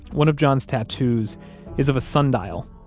one of john's tattoos is of a sundial,